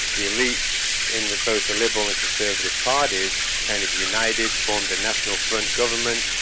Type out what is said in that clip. the elites in both the liberal and conservative parties kind of united, formed a national front government,